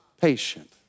patient